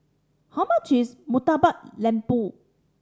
how much is Murtabak Lembu